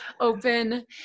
open